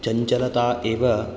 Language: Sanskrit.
चञ्चलता एव